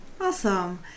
awesome